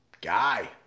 Guy